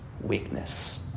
weakness